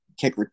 kick